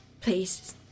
Please